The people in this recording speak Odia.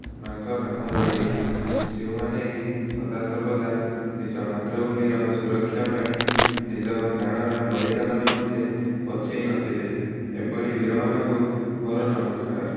ମାନଙ୍କ ନାମ ରହିଅଛି ଯେଉଁମାନେ କି ସଦା ସର୍ବଦା ନିଜ ମାତୃଭୂମିର ସୁରକ୍ଷା ପାଇଁ ନିଜର ପ୍ରାଣର ବଳିଦାନ ନିମନ୍ତେ ପଛେଇ ନଥିଲେ ଏଭଳି ବୀର ମାନଙ୍କୁ ମୋର ନମସ୍କାର